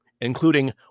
including